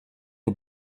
nos